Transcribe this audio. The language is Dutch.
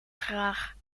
graag